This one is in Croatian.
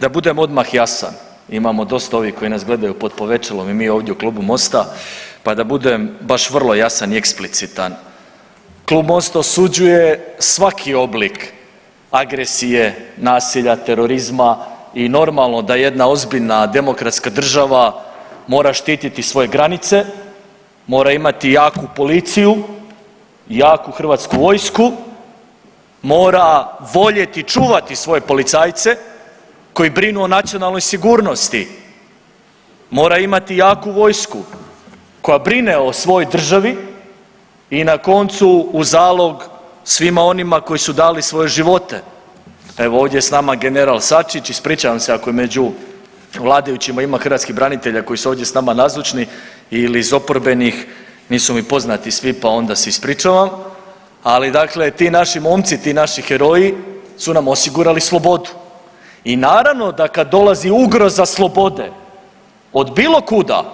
Da budem odmah jasan, imamo dosta ovih koji nas gledaju pod povećalom i mi ovdje u Klubu Mosta pa da budem baš vrlo jasan i eksplicitan, Klub Mosta osuđuje svaki oblik agresije, nasilja, terorizma i normalno da jedna ozbiljna demokratska država mora štititi svoje granice, mora imati jaku policiju i jaku Hrvatsku vojsku, mora voljeti i čuvati svoje policajce, koji brinu o nacionalnoj sigurnosti, mora imati jaku vojsku koja brine o svojoj državi i na koncu, u zalog svima onima koji su dali svoje živote, evo, ovdje je s nama general Sačić, ispričavam se ako je među vladajućima ima hrvatskih branitelja koji su ovdje s nama nazočni ili iz oporbenih, nisu mi poznati svi pa onda se ispričavam, ali dakle ti naši momci, ti naši heroji su nam osigurali slobodu i naravno da kad dolazi ugroza slobode, od bilo kuda,